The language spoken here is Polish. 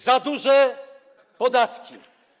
Za duże podatki.